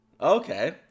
Okay